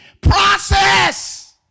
Process